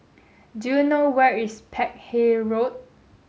do you know where is Peck Hay Road